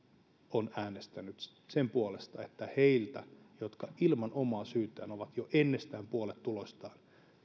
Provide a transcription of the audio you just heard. on äänestänyt sen puolesta että heiltä jotka ilman omaa syytään ovat jo ennestään puolet tuloistaan